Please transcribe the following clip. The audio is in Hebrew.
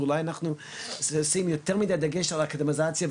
ואולי אנחנו שמים יותר מידיי דגש על האקדמיזציה,